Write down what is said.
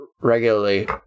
regularly